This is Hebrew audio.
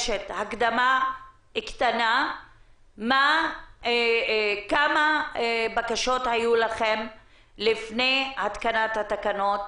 הקדמה קטנה כמה בקשות היו לכם לפני התקנת התקנות,